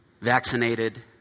Vaccinated